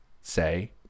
say